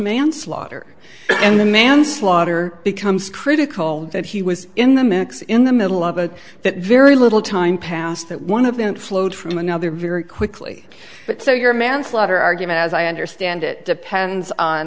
manslaughter and the manslaughter becomes critical that he was in the mix in the middle of it that very little time passed that one of them flowed from another very quickly but so your manslaughter argument as i understand it depends on